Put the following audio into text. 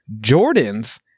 jordan's